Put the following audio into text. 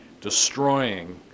destroying